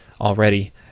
already